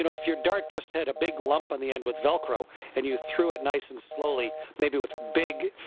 you know if your dart just had a big lump on the end with velcro and you threw it nice and slowly, maybe with big